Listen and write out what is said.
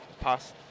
past